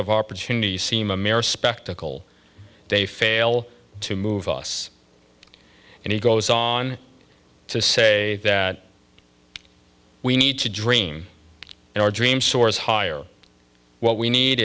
of opportunity seem america spectacle they fail to move us and he goes on to say that we need to dream and our dream soars higher what we need